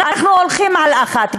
אנחנו הולכים על אחת.